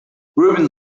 rubin